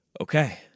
okay